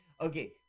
Okay